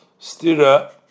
Stira